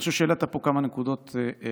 אני חושב שהעלית פה כמה נקודות חשובות,